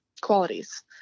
qualities